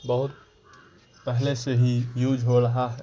بہت پہلے سے ہی یوز ہو رہا ہے